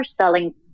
selling